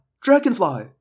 dragonfly